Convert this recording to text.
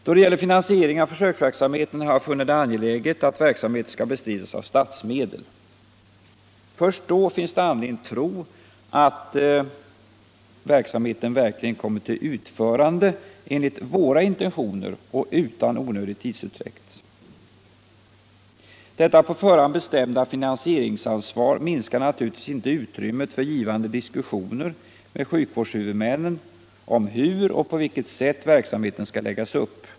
Då det gäller finansieringen av försöksverksamheten har jag funnit det angeläget att verksamheten skall bestridas av statsmedel. Först då finns det anledning tro att den verkligen kommer till utförande enligt våra intentioner och utan onödig tidsutdräkt. Detta på förhand bestämda finansieringsansvar minskar naturligtvis inte utrymmet för givande diskussioner med sjukvårdshuvudmiännen om på vilket sätt verksamheten skall läggas upp.